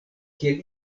kiel